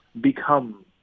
become